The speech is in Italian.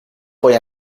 poi